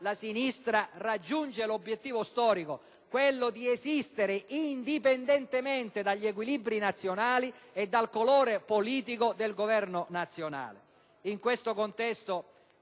la sinistra raggiunge l'obiettivo storico, quello di esistere indipendentemente dagli equilibri nazionali e dal colore politico del Governo nazionale. In questo contesto